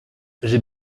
j’ai